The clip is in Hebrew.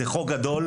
זהו חוק גדול.